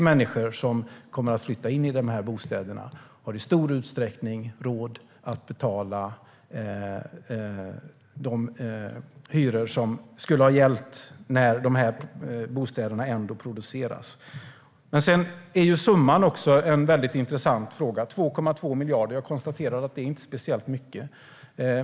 De människor som kommer att flytta in i bostäderna har i stor utsträckning råd att betala de hyror som skulle ha gällt när dessa bostäder ändå producerats. Summan är en väldigt intressant fråga. Jag konstaterar att 2,2 miljarder inte är speciellt mycket.